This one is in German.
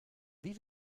wie